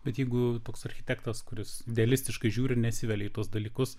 bet jeigu toks architektas kuris realistiškai žiūri nesivelia į tuos dalykus